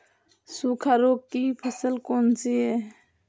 सूखा रोग की फसल कौन सी है?